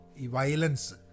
violence